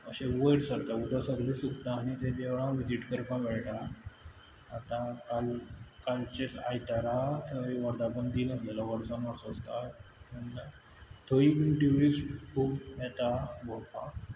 अशें वयर सरता उदक सगळें सुकता आनी तें देवळाक विजीट करपा मेळटा आतां काल कालचेच आयतारा थंय आसलेलो वर्सा वर्सा थंय ट्युरिस्ट खूब येता पोवपाक